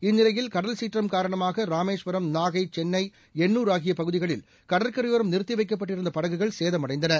இந்நிலையில் கடல் சீற்றம் காரணமாக ராமேஸ்வரம் நாகை சென்னை எண்னுர் ஆகிய பகுதிகளில் கடற்கரையோம் நிறுத்தி வைக்கப்பட்டிருந்த படகுகள் சேதமடைந்தன